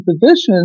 positions